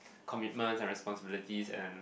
commitment and responsibilities and